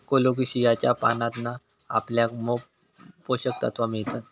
कोलोकेशियाच्या पानांतना आपल्याक मोप पोषक तत्त्वा मिळतत